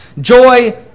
Joy